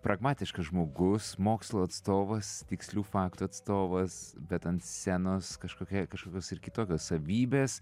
pragmatiškas žmogus mokslo atstovas tikslių faktų atstovas bet ant scenos kažkokia kažkokios ir kitokios savybės